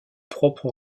propre